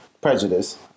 prejudice